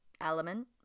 Element